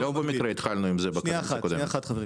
התחלנו עם זה בקדנציה הקודמת.